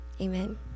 amen